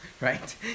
Right